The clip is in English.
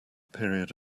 period